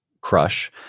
crush